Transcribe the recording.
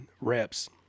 reps